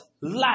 Life